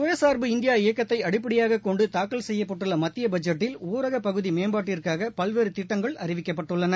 சுய சார்பு இந்தியா இயக்கத்தை அடிப்படையாகக் கொண்டு தாக்கல் செய்யப்பட்டுள்ள மத்திய பட்ஜெட்டில் ஊரகப் பகுதி மேம்பாட்டிற்காக பல்வேறு திட்டங்கள் அறிவிக்கப்பட்டுள்ளன